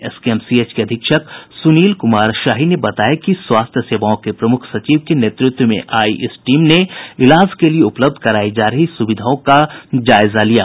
SKMCH के अधीक्षक सुनील कुमार शाही ने बताया कि स्वास्थ्य सेवाओं के प्रमुख सचिव के नेतृत्व में आयी इस टीम ने इलाज के लिये उपलब्ध करायी जा रही सुविधाओं की जायजा लिया